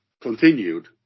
continued